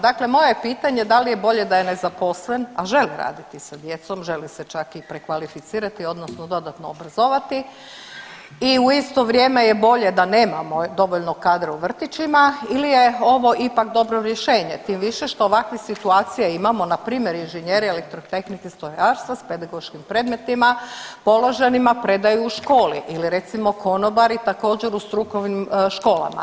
Dakle moje je pitanje da li je bolje da je nezaposlen, a želi raditi sa djecom, želi se čak i prekvalificirati odnosno dodatno obrazovati i u isto vrijeme je bolje da nemamo dovoljno kadrova u vrtićima, ili je ovo ipak dobro rješenje tim više što ovakvih situacija imamo npr. inženjeri elektrotehnike i strojarstva sa pedagoškim predmetima položenima predaju u školi ili recimo konobari također u strukovnim školama.